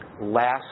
Last